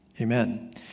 Amen